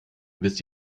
wisst